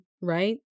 right